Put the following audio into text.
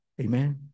Amen